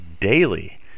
daily